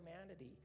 humanity